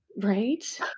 Right